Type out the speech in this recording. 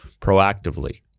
proactively